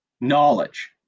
knowledge